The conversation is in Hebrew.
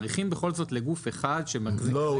מאריכים בכל זאת לגוף אחד שמחזיק --- עד 2049. לא,